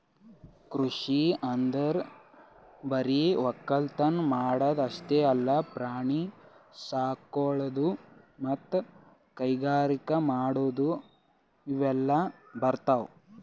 ಕೃಷಿ ಅಂದ್ರ ಬರಿ ವಕ್ಕಲತನ್ ಮಾಡದ್ ಅಷ್ಟೇ ಅಲ್ಲ ಪ್ರಾಣಿ ಸಾಕೊಳದು ಮತ್ತ್ ಕೈಗಾರಿಕ್ ಮಾಡದು ಇವೆಲ್ಲ ಬರ್ತವ್